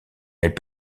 elles